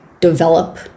develop